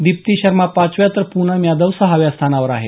दीप्ती शर्मा पाचव्या तर पूनम यादव सहाव्या स्थानावर आहे